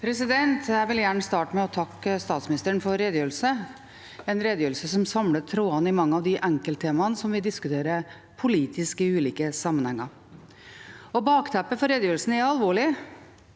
Jeg vil gjerne starte med å takke statsministeren for redegjørelsen – en redegjørelse som samler trådene i mange av de enkeltte maene som vi diskuterer politisk i ulike sammenhenger. Bakteppet for redegjørelsen er alvorlig.